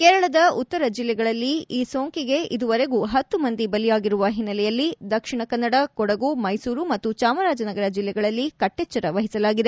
ಕೇರಳದ ಉತ್ತರ ಜಿಲ್ಲೆಗಳಲ್ಲಿ ಈ ಸೋಂಕಿಗೆ ಇದುವರೆಗೆ ಪತ್ತು ಮಂದಿ ಬಲಿಯಾಗಿರುವ ಹಿನ್ನೆಲೆಯಲ್ಲಿ ದಕ್ಷಿಣ ಕನ್ನಡ ಕೊಡಗು ಮೈಸೂರು ಮತ್ತು ಚಾಮರಾಜನಗರ ಜಿಲ್ಲೆಗಳಲ್ಲಿ ಕಟ್ಟೆಚ್ಚರ ವಹಿಸಲಾಗಿದೆ